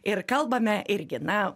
ir kalbame irgi na